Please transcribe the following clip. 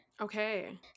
Okay